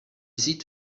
ziet